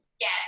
Yes